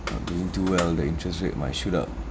not doing too well the interest rate might shoot up